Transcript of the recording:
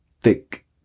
thick